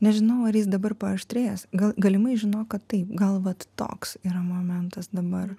nežinau ar jis dabar paaštrėjęs gal galimai žinok kad taip gal vat toks yra momentas dabar